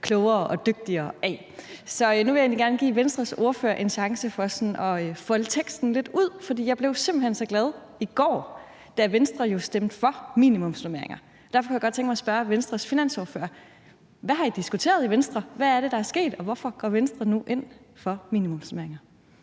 klogere og dygtigere af. Så nu vil jeg egentlig gerne give Venstres ordfører en chance for sådan at folde teksten lidt ud, for jeg blev simpelt hen så glad i går, da Venstre jo stemte for minimumsnormeringer, og derfor kunne jeg godt tænke mig at spørge Venstres finansordfører om noget: Hvad har I diskuteret i Venstre, hvad er det, der er sket, og hvorfor går Venstre nu ind for minimumsnormeringer?